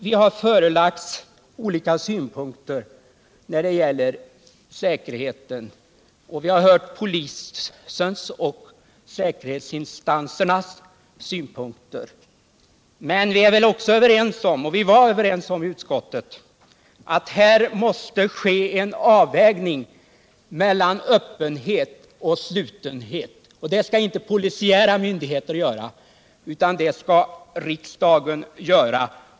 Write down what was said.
Vi har förelagts olika synpunkter när det gäller säkerheten, och vi har hört polisens och säkerhetsinstansernas synpunkter. Men vi är väl överens om, och vi var överens om det i utskottet, att här måste ske en avvägning mellan öppenhet och slutenhet. Den skallinte polisiära myndigheter göra, utan den skall riksdagen göra.